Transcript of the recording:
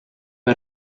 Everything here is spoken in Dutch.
een